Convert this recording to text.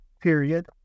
period